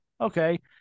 Okay